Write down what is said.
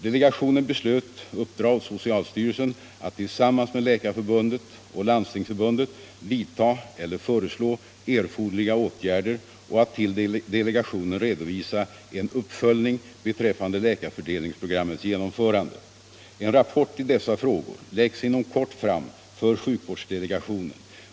Delegationen beslöt uppdra åt socialstyrelsen att tillsammans med Läkarförbundet och Landstingsförbundet vidta eller föreslå erforderliga åtgärder och att till delegationen redovisa en uppföljning beträffande läkarfördelningsprogrammets genomförande. En rapport i dessa frågor läggs inom kort fram för sjukvårdsdelegationen.